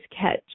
catch